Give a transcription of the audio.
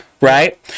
right